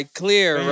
clear